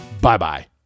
Bye-bye